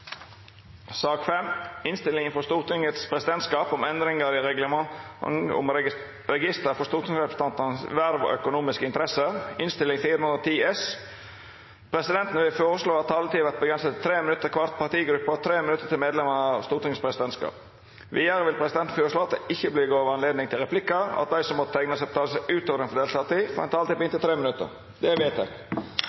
sak å forsvare. Fleire har ikkje bedt om ordet til sak nr. 4. Presidenten vil føreslå at taletida vert avgrensa til 3 minutt til kvar partigruppe og 3 minutt til medlemer av Stortingets presidentskap. Vidare vil presidenten føreslå at det ikkje vert gjeve høve til replikkar, og at dei som måtte teikna seg på talarlista utover den fordelte taletida, får ei taletid på